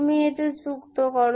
তুমি এটা যুক্ত করো